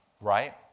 right